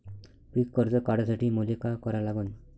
पिक कर्ज काढासाठी मले का करा लागन?